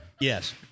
Yes